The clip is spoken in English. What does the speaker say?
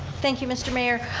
thank you, mr. mayor.